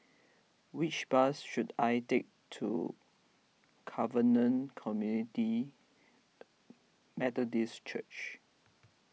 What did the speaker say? which bus should I take to Covenant Community Methodist Church